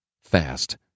fast